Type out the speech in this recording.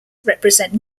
represent